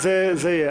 זה יהיה.